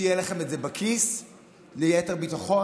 אתם רוצים שזה יהיה לכם בכיס ליתר ביטחון,